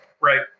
Right